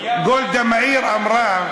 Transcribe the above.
מאיר אמרה: